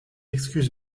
excuse